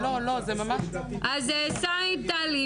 סאיד תלי,